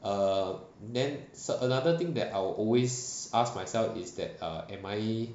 err then s~ another thing that I will always ask myself is that err am I